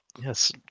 Yes